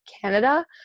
Canada